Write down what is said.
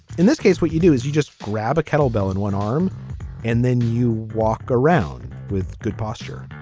in this case what you do is you just grab a kettlebell in one arm and then you walk around with good posture.